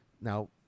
Now